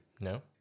No